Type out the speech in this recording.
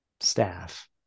staff